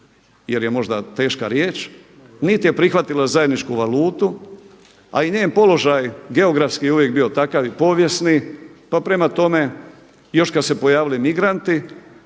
jer je možda teška riječ, niti je prihvatila zajedničku valutu, a i njen položaj geografski je uvijek bio takav i povijesni, pa prema tome još kada su se pojavili migranti